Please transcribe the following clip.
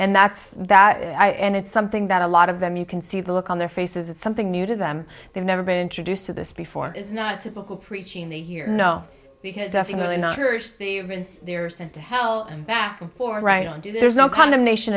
and that's that i and it's something that a lot of them you can see the look on their faces it's something new to them they've never been introduced to this before is not typical preaching the year no because definitely not nourish the rinse they're sent to hell and back and forth right on to there's no condemnation